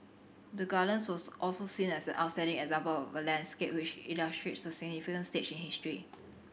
the Gardens was also seen as an outstanding example of a landscape which illustrates a significant stage in history